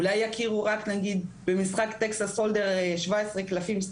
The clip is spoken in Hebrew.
אולי יכירו רק נגיד במשחק טקסס הולדם 17 קלפים,